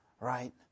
Right